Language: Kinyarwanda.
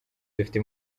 dufite